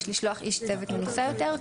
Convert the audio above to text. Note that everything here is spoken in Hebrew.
יש לשלוח איש צוות מנוסה יותר,